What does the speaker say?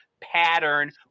pattern